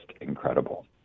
incredible